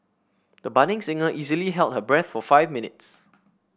the budding singer easily held her breath for five minutes